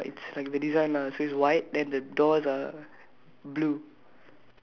and then below it uh it's like the design lah so is white and the doors are